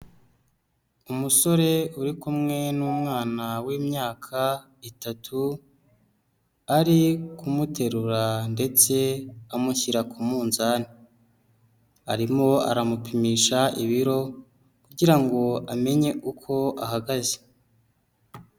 Umusore uri kumwe n'umwana w'imyaka itatu, ari kumuterura ndetse amushyira ku mu nzani, arimo aramupimisha ibiro kugira ngo amenye uko ahagaze.